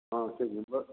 ହଁ ସେ ଯିବ